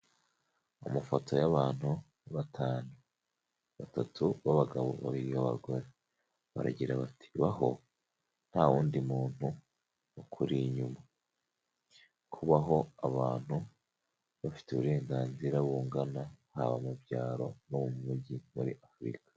Amafoto y'abantu batanu, batatu b'abagabo, babiri b'abagore, baragira bati, baho nta wundi muntu ukuri inyuma, kubaho abantu bafite uburenganzira bungana haba mu byaro no mu mujyi muri Afurika.